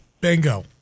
Bingo